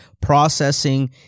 Processing